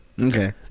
Okay